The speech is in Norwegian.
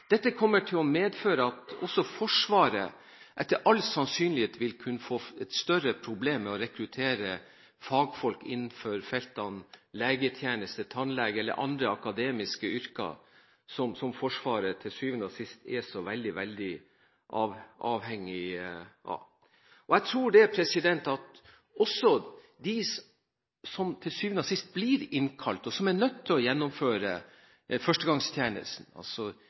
Dette kommer til å medføre at også Forsvaret etter all sannsynlighet vil kunne få større problemer med å rekruttere fagfolk innenfor feltene legetjeneste, tannlegetjeneste eller andre akademiske yrker, som Forsvaret til syvende og sist er så veldig, veldig avhengig av. Jeg tror at også de som til syvende og sist blir innkalt, og som er nødt til å gjennomføre førstegangstjenesten – altså